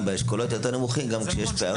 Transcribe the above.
באשכולות היותר נמוכים גם כשיש פערים --- זה נכון